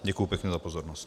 Děkuji pěkně za pozornost.